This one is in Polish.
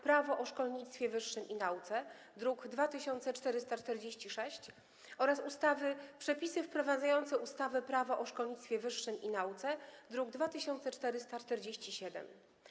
Prawo o szkolnictwie wyższym i nauce, druk nr 2446, oraz Przepisy wprowadzające ustawę Prawo o szkolnictwie wyższym i nauce, druk nr 2447.